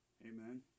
Amen